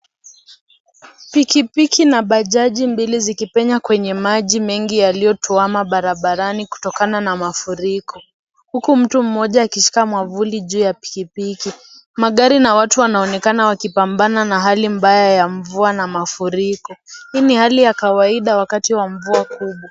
Pikipiki na bajaji mbili zikipenya kwenye maji mengi yaliyo twama barabarani kutoka na mafuriko. Huku mtu mmoja akishika mwavuli juu ya pikipiki. Magari na watu wanaonekana wakipambana na hali mbaya ya mvua na mafuriko. Hii ni hali ya kawaida wakati wa mvua kubwa.